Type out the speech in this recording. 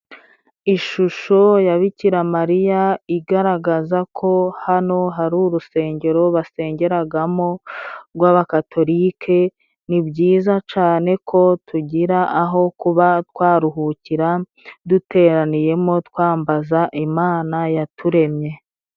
Ishusho ya Bikiramariya igaragaza ko hano hari urusengero basengeragamo, rw'Abakatolike. Ni byiza cane ko tugira aho kuba twaruhukira duteraniyemo twambaza Imana yaturemye.